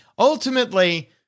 Ultimately